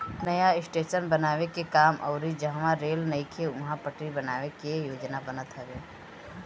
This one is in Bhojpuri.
नया स्टेशन बनावे के काम अउरी जहवा रेल नइखे उहा पटरी बनावे के योजना बनत हवे